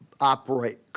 operate